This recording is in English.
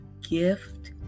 gift